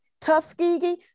Tuskegee